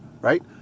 Right